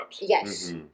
Yes